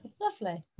lovely